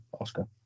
Oscar